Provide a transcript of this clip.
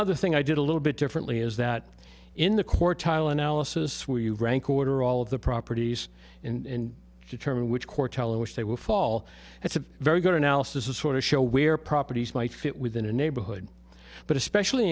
other thing i did a little bit differently is that in the core tile analysis where you rank order all of the properties and determine which core telling which they will fall it's a very good analysis of sort of show where properties might fit within a neighborhood but especially